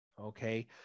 Okay